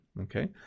Okay